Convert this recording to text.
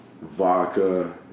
vodka